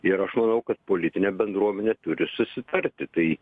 ir aš manau kad politinė bendruomenė turi susitarti tai